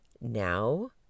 now